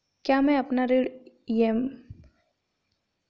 क्या मैं अपना ऋण ई.एम.आई के माध्यम से चुकाऊंगा?